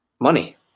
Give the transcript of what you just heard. Money